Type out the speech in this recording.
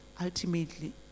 ultimately